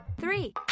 Three